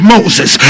Moses